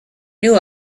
knew